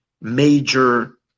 major